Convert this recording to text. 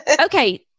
Okay